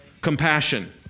Compassion